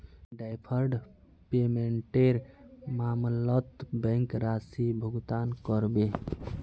deferred पेमेंटेर मामलत bank राशि भुगतान करबे